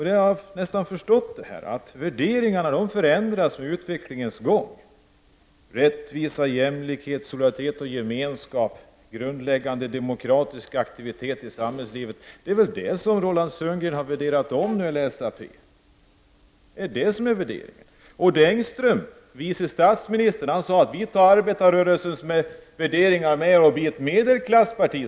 Jag har förstått att socialdemokraternas värderingar förändras under utvecklingens gång. Rättvisa, jämlikhet, solidaritet och gemenskap är grundläggande demokratiska aktiviteter i samhället. Det är väl det som Roland Sundgren har värderat om — när det gäller SAP. Odd Engström, vice statsminister, sade att det socialdemokratiska partiet tar arbetarrörelsens värderingar med sig och blir ett medelklassparti.